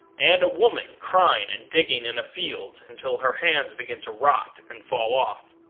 and a woman crying and digging in a field until her hands begin to rot and fall off.